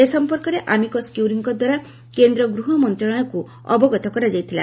ଏ ସଂପର୍କରେ ଆମିକସ୍ କ୍ୟୁରୀଙ୍କ ଦ୍ୱାରା କେନ୍ଦ୍ର ଗୃହ ମନ୍ତଶାଳୟକୁ ଅବଗତ କରାଯାଇଥିଲା